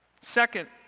Second